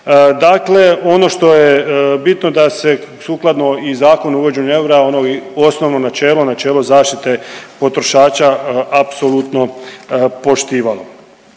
Dakle, ono što je bitno da se i sukladno Zakonu o uvođenju eura ono osnovno načelo, načelo zaštite potrošača apsolutno poštiva.